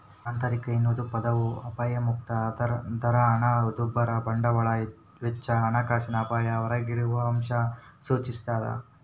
ಆಂತರಿಕ ಎನ್ನುವ ಪದವು ಅಪಾಯಮುಕ್ತ ದರ ಹಣದುಬ್ಬರ ಬಂಡವಾಳದ ವೆಚ್ಚ ಹಣಕಾಸಿನ ಅಪಾಯ ಹೊರಗಿಡುವಅಂಶ ಸೂಚಿಸ್ತಾದ